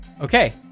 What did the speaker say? Okay